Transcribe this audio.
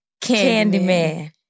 Candyman